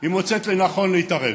היא מוצאת לנכון להתערב,